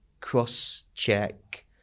cross-check